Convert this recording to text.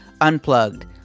unplugged